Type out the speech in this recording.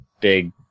big